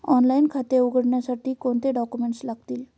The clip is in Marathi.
ऑनलाइन खाते उघडण्यासाठी कोणते डॉक्युमेंट्स लागतील?